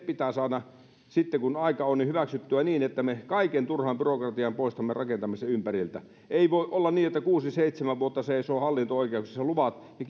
pitää saada sitten kun aika on hyväksyttyä niin että me kaiken turhan byrokratian poistamme rakentamisen ympäriltä ei voi olla niin että kuusi seitsemän vuotta luvat seisovat hallinto oikeuksissa ja